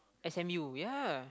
s_m_u ya